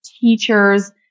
teachers